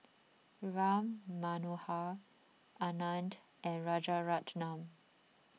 Ram Manohar Anand and Rajaratnam